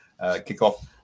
kickoff